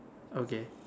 okay